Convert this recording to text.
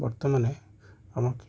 বর্তমানে আমাকে